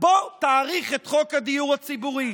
בוא תאריך את חוק הדיור הציבורי?